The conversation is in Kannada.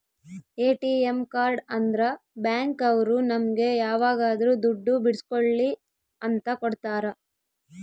ಎ.ಟಿ.ಎಂ ಕಾರ್ಡ್ ಅಂದ್ರ ಬ್ಯಾಂಕ್ ಅವ್ರು ನಮ್ಗೆ ಯಾವಾಗದ್ರು ದುಡ್ಡು ಬಿಡ್ಸ್ಕೊಳಿ ಅಂತ ಕೊಡ್ತಾರ